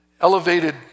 Elevated